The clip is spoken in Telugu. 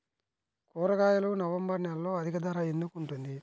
కూరగాయలు నవంబర్ నెలలో అధిక ధర ఎందుకు ఉంటుంది?